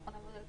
דבר שני,